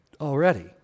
already